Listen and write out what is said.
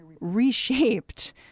reshaped